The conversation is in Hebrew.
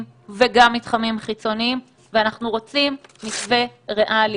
וגם מתחמים חיצוניים ואנחנו רוצים מתווה ריאלי,